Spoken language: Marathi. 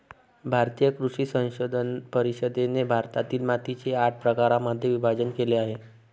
भारतीय कृषी संशोधन परिषदेने भारतातील मातीचे आठ प्रकारांमध्ये विभाजण केले आहे